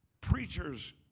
preachers